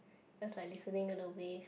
just like listening to the waves